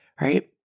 Right